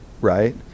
right